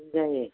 जायो